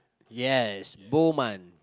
yes poor man